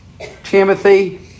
Timothy